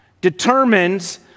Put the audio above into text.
determines